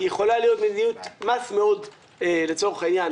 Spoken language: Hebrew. היא יכולה להיות מדיניות מס לצורך העניין,